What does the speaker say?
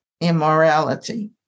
immorality